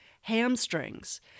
hamstrings